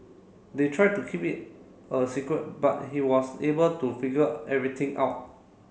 they tried to keep it a secret but he was able to figure everything out